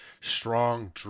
strong –